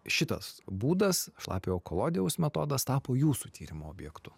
šitas būdas šlapiojo kolodijaus metodas tapo jūsų tyrimo objektu